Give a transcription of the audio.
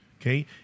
okay